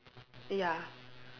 ya